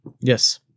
Yes